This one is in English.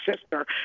sister